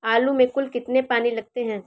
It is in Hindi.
आलू में कुल कितने पानी लगते हैं?